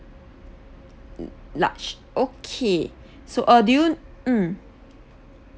l~ large okay so uh do you mm